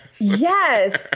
Yes